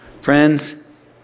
Friends